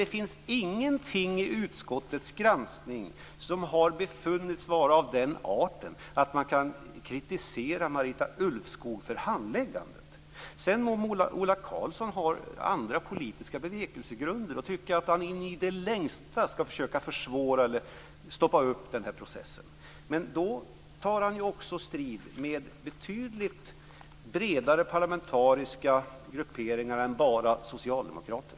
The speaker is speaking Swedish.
Det finns ingenting i utskottets granskning som har befunnits vara av den arten att man kan kritisera Marita Ulvskog för handläggandet. Sedan kan Ola Karlsson ha andra politiska bevekelsegrunder och i det längsta vilja försvåra eller stoppa upp processen. Då tar han också strid med betydligt bredare parlamentarisk grupperingar än bara socialdemokrater.